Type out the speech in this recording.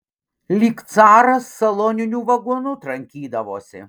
lyg caras saloniniu vagonu trankydavosi